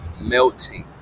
Melting